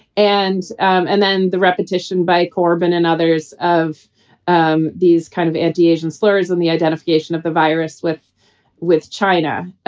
and and then the repetition by corbyn and others of um these kind of anti-asian slurs on the identification of the virus with with china.